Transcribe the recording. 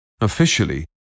Officially